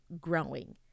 growing